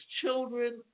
children